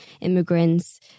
immigrants